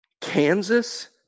Kansas